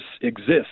exists